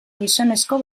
gizonezko